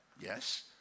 Yes